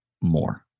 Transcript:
more